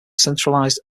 centralized